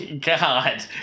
God